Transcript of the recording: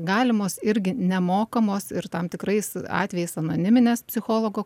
galimos irgi nemokamos ir tam tikrais atvejais anoniminės psichologo